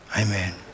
Amen